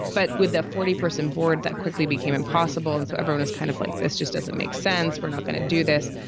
but with that forty person board, that quickly became impossible. and so everyone is kind of like this just doesn't make sense. we're not going to do this.